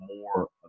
more